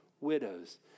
widows